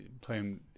playing